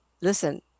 listen